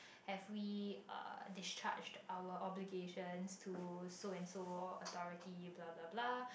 have we uh discharged our obligations to so and so authority blah blah blah